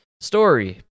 story